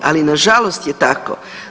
Ali na žalost je tako.